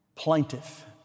plaintiff